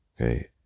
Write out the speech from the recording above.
Okay